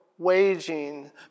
waging